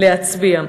להצביע.